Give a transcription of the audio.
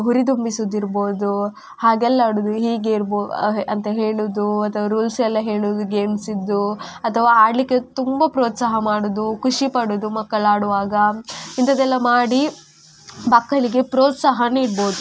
ಹುರಿದುಂಬಿಸೋದಿರ್ಬೋದು ಹಾಗೆಲ್ಲ ಆಡೋದು ಹೀಗೆ ಇರ್ಬೋ ಅಂತ ಹೇಳೋದು ಅಥವಾ ರೂಲ್ಸ್ ಎಲ್ಲ ಹೇಳುವುದು ಗೇಮ್ಸಿದ್ದು ಅಥವಾ ಆಡಲಿಕ್ಕೆ ತುಂಬ ಪ್ರೋತ್ಸಾಹ ಮಾಡುವುದು ಖುಷಿಪಡುವುದು ಮಕ್ಕಳು ಆಡುವಾಗ ಇಂಥದ್ದೆಲ್ಲ ಮಾಡಿ ಮಕ್ಕಳಿಗೆ ಪ್ರೋತ್ಸಾಹ ನೀಡ್ಬೋದು